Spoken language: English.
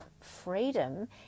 freedom